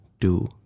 two